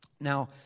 Now